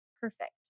perfect